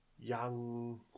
young